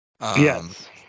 Yes